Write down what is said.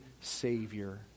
Savior